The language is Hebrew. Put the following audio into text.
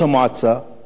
מהנדס היישוב,